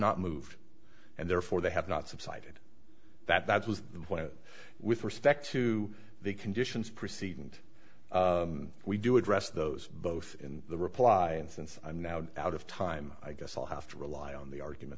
not moved and therefore they have not subsided that was the point with respect to the conditions proceed and we do address those both in the reply and since i'm now out of time i guess i'll have to rely on the argument